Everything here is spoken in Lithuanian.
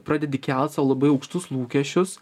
pradedi kelt sau labai aukštus lūkesčius